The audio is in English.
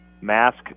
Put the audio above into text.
mask